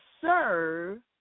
serve